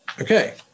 Okay